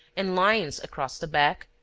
and lines across the back,